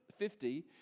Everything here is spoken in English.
50